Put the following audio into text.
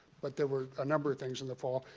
but there were a number of things in the fall.